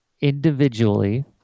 individually